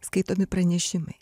skaitomi pranešimai